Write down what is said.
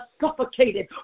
suffocated